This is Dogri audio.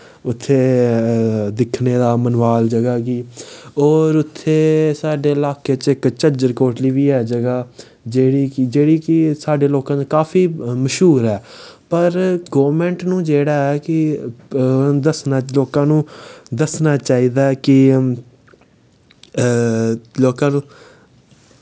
उत्थै दिक्खने दा मनवाल जगह गी होर उत्थै साढ़े लाह्के च इक झझर कोटली बी ऐ जगह जेह्ड़ी केह् साढ़े लाह्कै च काफी मश्हूर ऐ पर गौरमैंट गी जेह्ड़ा ऐ कि दस्सना लोकें नू दस्सना चाहिदा ऐ कि लोकें गी